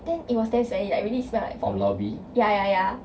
then it was damn smelly like really smell like vomit ya ya ya